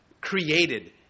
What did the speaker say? created